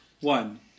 one